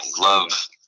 Love